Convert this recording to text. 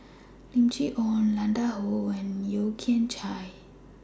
Lim Chee Onn Han Lao DA and Yeo Kian Chai